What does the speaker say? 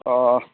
ꯑꯣ